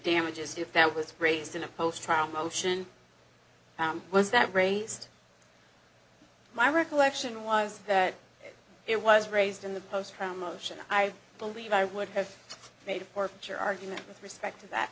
damages if that was raised in a post trial motion found was that raised my recollection was that it was raised in the post from motion i believe i would have made for your argument with respect to that